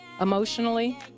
emotionally